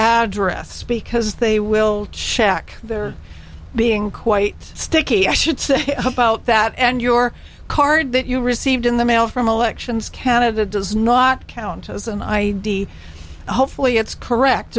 address because they will check their being quite sticky i should say about that and your card that you received in the mail from elections canada does not count as an id hopefully it's correct